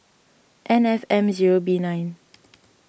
N F M zero B nine